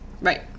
Right